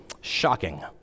Shocking